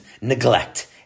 neglect